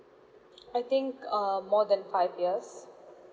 I think uh more than five years